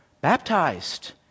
Baptized